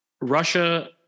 russia